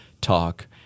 talk